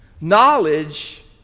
knowledge